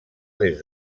des